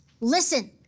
Listen